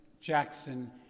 Jackson